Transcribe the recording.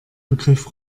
begriff